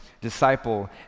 disciple